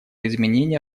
изменения